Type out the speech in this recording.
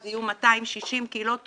אז יהיו 260 קהילות תומכות.